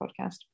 podcast